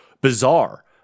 bizarre